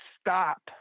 stop